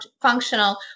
functional